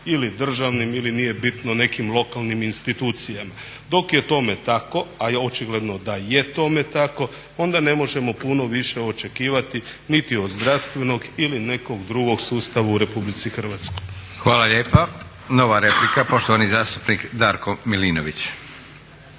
ili državnim ili nije bitno nekim lokalnim institucijama. Dok je tome tako, a očigledno da je tome tako, onda ne možemo puno više očekivati niti od zdravstvenog ili nekog drugog sustava u RH. **Leko, Josip (SDP)** Hvala lijepa. Nova replika, poštovani zastupnik Darko Milinović.